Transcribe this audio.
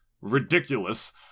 ridiculous